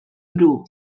bru